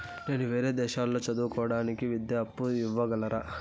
నేను వేరే దేశాల్లో చదువు కోవడానికి విద్యా అప్పు ఇవ్వగలరా?